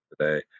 today